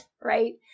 Right